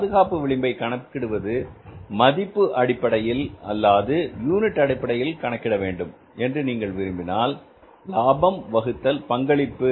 பாதுகாப்பு விளிம்பை கணக்கிடுவது மதிப்பு அடிப்படையில் அல்லாது யூனிட் அடிப்படையில் கணக்கிட வேண்டும் என்று நீங்கள் விரும்பினால் லாபம் வகுத்தல் பங்களிப்பு